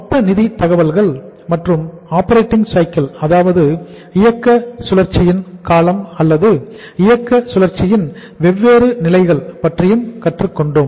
மொத்த நிதி தகவல்கள் மற்றும் ஆப்பரேட்டிங் சைக்கிள் அதாவது இயக்க சுழற்சியின் காலம் அல்லது இயக்க சுழற்சியின் வெவ்வேறு நிலைகள் பற்றியும் கற்றுக் கொண்டோம்